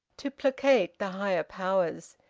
to placate the higher powers.